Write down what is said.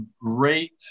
great